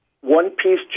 one-piece